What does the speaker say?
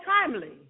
timely